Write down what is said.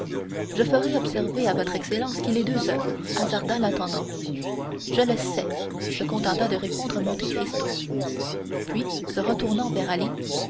je ferai observer à votre excellence qu'il est deux heures hasarda l'intendant je le sais se contenta de répondre monte cristo puis se retournant vers